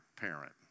parent